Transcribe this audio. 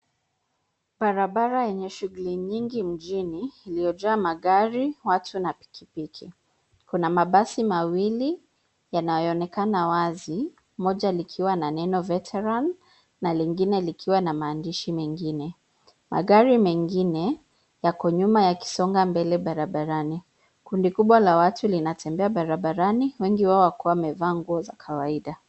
Barabara yenye shughuli nyingi mjini iliyojaa magari watu na pikipiki. Kuna mabasi mawili yanayoonekana wazi, moja likiwa na neno veteran na lingine likiwa na maandishi mengine. Magari mengine yako nyuma yakisonga mbele barabarani. Kundi kubwa la watu linatembea barabarani, wengi wao wakiwa wamevaa nguo za kawaida.